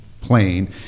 plane